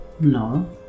No